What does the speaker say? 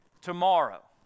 tomorrow